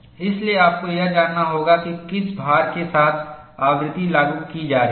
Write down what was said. इसलिए आपको यह जानना होगा कि किस भार के साथ आवृत्ति लागू की जा रही है